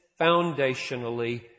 foundationally